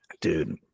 dude